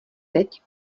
teď